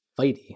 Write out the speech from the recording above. fighty